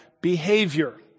Behavior